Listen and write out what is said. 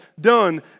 done